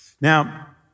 Now